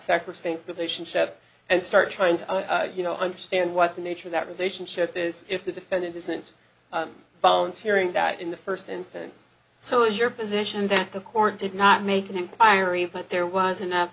sacrosanct relationship and start trying to you know understand what the nature of that relationship is if the defendant isn't bound to hearing that in the first instance so is your position that the court did not make an inquiry but there was enough